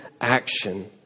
action